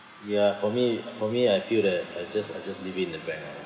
ya for me for me I feel that I just I just leave it in the bank